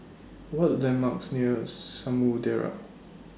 What Are The landmarks near Samudera